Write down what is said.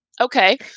Okay